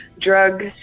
drug